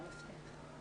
מפתח.